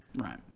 Right